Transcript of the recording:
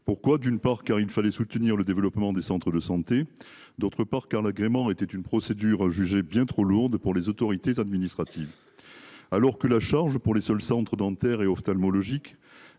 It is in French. Pourquoi d'une part car il fallait soutenir le développement des centres de santé, d'autre part, car l'agrément était une procédure jugée bien trop lourdes pour les autorités administratives. Alors que la charge pour les seuls centres dentaires et ophtalmologiques